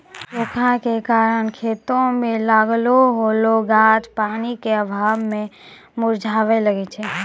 सूखा के कारण खेतो मे लागलो होलो गाछ पानी के अभाव मे मुरझाबै लागै छै